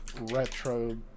Retro